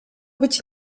być